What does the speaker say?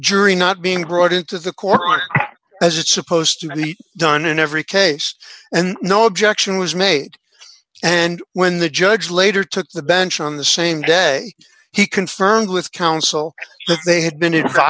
jury not being brought into the courtyard as it's supposed to meet done in every case and no objection was made and when the judge later took the bench on the same day he confirmed with counsel that they had been